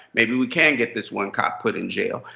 maybe we can get this one cop put in jail.